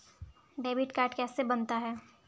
Debit card कैसे बनता है?